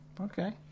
Okay